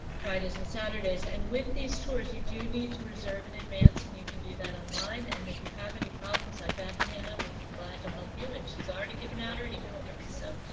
fridays and saturdays, and with these tours, you do need to reserve in advance and you can do that online, and if you have any problems i bet hannah would be glad to help you, and she's already given out her email address! so